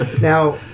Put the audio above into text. Now